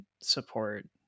support